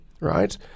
Right